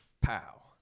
pow